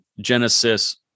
Genesis